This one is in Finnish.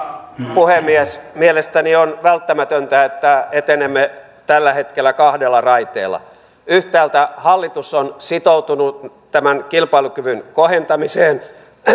puhemies mielestäni on välttämätöntä että etenemme tällä hetkellä kahdella raiteella yhtäältä hallitus on sitoutunut kilpailukyvyn kohentamiseen